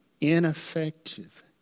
ineffective